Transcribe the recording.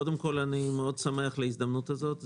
קודם כול, אני שמח מאוד על ההזדמנות הזאת.